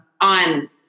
on